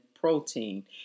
protein